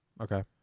Okay